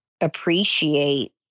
appreciate